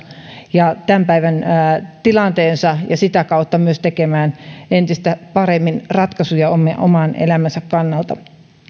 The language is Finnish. ja tämän päivän tilannettaan ja sitä kautta myös tekemään entistä paremmin ratkaisuja oman elämänsä kannalta